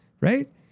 right